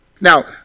Now